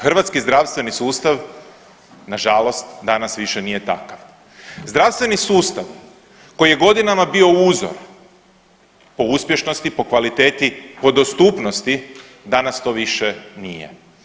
Hrvatski zdravstveni sustav nažalost danas više nije takav, zdravstveni sustav koji je godinama bio uzor po uspješnosti, po kvaliteti, po dostupnosti, danas to više nije.